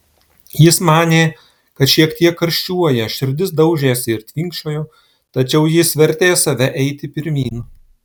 jis manė kad šiek tiek karščiuoja širdis daužėsi ir tvinkčiojo tačiau jis vertė save eiti pirmyn